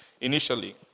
initially